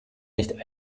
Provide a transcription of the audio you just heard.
nicht